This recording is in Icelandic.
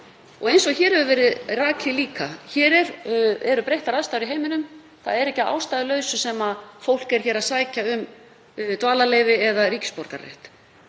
Og eins og hér hefur verið rakið líka þá eru breyttar aðstæður í heiminum, það er ekki að ástæðulausu sem fólk er að sækja um dvalarleyfi eða ríkisborgararétt.